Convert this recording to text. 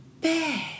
bad